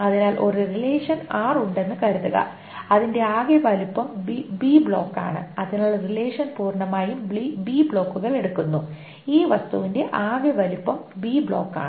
അതിനാൽ ഒരു relation r ഉണ്ടെന്ന് കരുതുക അതിന്റെ ആകെ വലുപ്പം ബ്ലോക്കാണ് അതിനാൽ റിലേഷൻ പൂർണമായും ബ്ലോക്കുകൾ എടുക്കുന്നു ഈ വസ്തുവിന്റെ ആകെ വലുപ്പം ബ്ലോക്കുകളാണ്